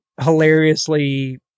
hilariously